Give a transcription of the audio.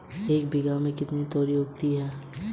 गैर बैंकिंग वित्तीय संस्थान कितने प्रकार के होते हैं?